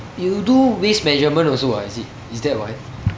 you do waist measurement also ah is it is that why